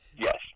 Yes